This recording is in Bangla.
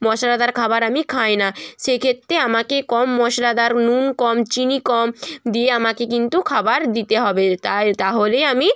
মশলাদার খাবার আমি খাই না সেই ক্ষেত্রে আমাকে কম মশলাদার নুন কম চিনি কম দিয়ে আমাকে কিন্তু খাবার দিতে হবে তাই তাহলে আমি